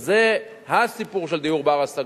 זה הסיפור של דיור בר-השגה.